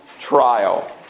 trial